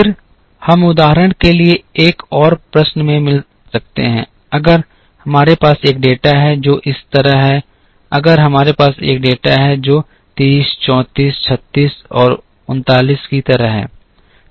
फिर हम उदाहरण के लिए एक और प्रश्न में मिल सकते हैं अगर हमारे पास एक डेटा है जो इस तरह है अगर हमारे पास एक डेटा है जो 30 34 36 और 39 की तरह है